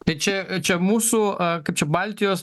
tai čia čia mūsų tai čia baltijos